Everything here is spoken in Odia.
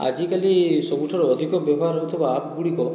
ଆଜିକାଲି ସବୁଠାରୁ ଅଧିକ ବ୍ୟବହାର ହେଉଥିବା ଆପ୍ ଗୁଡ଼ିକ